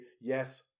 yes